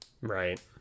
Right